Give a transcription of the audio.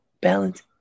balance